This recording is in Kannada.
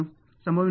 ಸಂಭವನೀಯತೆ ಮೌಲ್ಯ